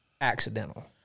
accidental